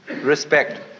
respect